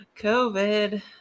COVID